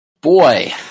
Boy